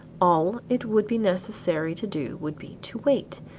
all it would be necessary to do would be to wait,